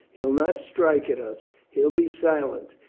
he'll not strike at us. he'll be silent.